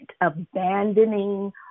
abandoning